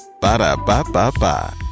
Ba-da-ba-ba-ba